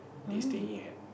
they staying at